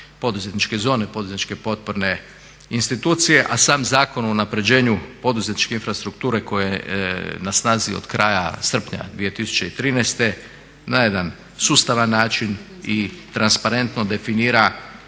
poduzetničke zone, poduzetničke potporne institucije, a sam Zakon o unapređenju poduzetničke infrastrukture koja je na snazi od kraja srpnja 2013. na jedan sustavan način i transparentno definira